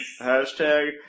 Hashtag